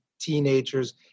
teenagers